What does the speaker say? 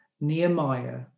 Nehemiah